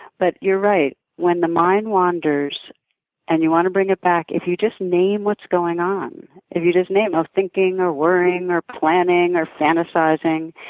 but you're right. when the mind wanders and you want to bring it back, if you just name what's going on if you just name, i'm thinking of, or worrying, or planning, or fantasizing.